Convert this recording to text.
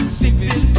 civil